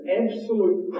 absolute